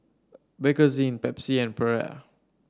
Bakerzin Pepsi and Perrier